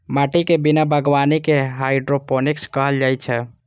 माटिक बिना बागवानी कें हाइड्रोपोनिक्स कहल जाइ छै